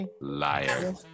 Liar